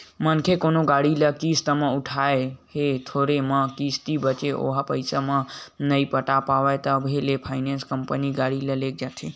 मनखे कोनो गाड़ी ल किस्ती म उठाय हे थोरे कन किस्ती बचें ओहा पइसा ल नइ पटा पावत हे तभो ले फायनेंस कंपनी गाड़ी ल लेग जाथे